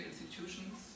institutions